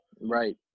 right